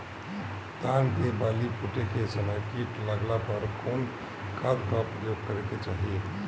धान के बाली फूटे के समय कीट लागला पर कउन खाद क प्रयोग करे के चाही?